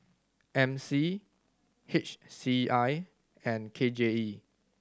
M C H C I and K J E